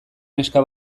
neska